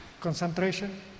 concentration